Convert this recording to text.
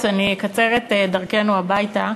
אני אקצר את דרכנו הביתה,